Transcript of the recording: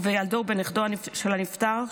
ובילדו ובנכדו של הנפטר,